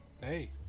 Hey